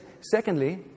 Secondly